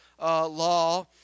Law